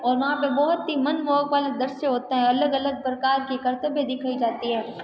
और वहाँ पे बहुत ही मनमोहक वाला दृश्य होता है अलग अलग प्रकार की करतबें दिखाई जाती हैं